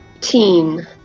Teen